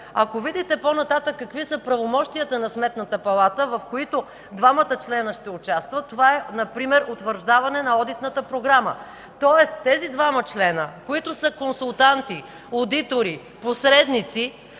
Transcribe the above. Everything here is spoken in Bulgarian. Ако видите по-нататък какви са правомощията на Сметната палата, в които двамата члена ще участват, това е например утвърждаване на Одитната програма, тоест тези двама члена, които са консултанти, одитори, посредници